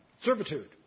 servitude